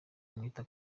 mwita